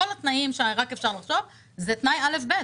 כל התנאים שרק אפשר לחשוב זה תנאי א'-ב',